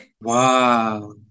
Wow